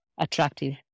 attractive